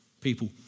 people